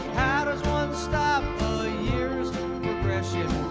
how does one stop a year's progression